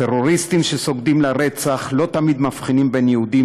טרוריסטים שסוגדים לרצח לא תמיד מבחינים בין יהודים,